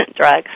drugs